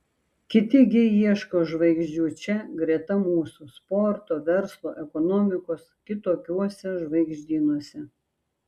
kiti gi ieško žvaigždžių čia greta mūsų sporto verslo ekonomikos kitokiuose žvaigždynuose